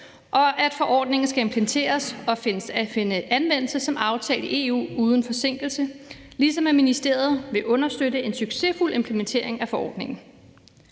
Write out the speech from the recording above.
og at forordningen skal implementeres og finde anvendelse som aftalt i EU uden forsinkelse, ligesom ministeriet vil understøtte en succesfuld implementering af forordningen.